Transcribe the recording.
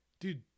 dude